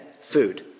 food